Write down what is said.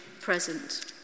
present